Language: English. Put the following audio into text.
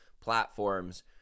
platforms